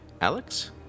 alex